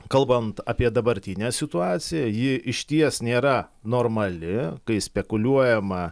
kalbant apie dabartinę situaciją ji išties nėra normali kai spekuliuojama